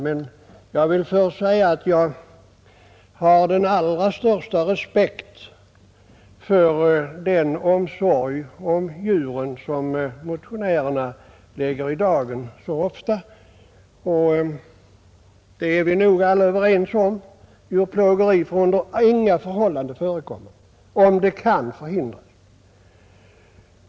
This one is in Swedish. Men jag vill först säga att jag har den allra största respekt för den omsorg om djuren som motionärerna så ofta lägger i dagen. Den delar vi nog alla. Djurplågeri får under inga förhållanden förekomma, om det kan förhindras.